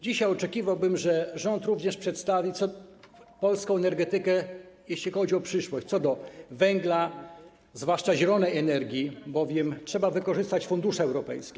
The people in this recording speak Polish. Dzisiaj oczekiwałbym, że rząd również przedstawi polską energetykę, jeśli chodzi o przyszłość co do węgla, zwłaszcza zielonej energii, bowiem trzeba wykorzystać fundusze europejskie.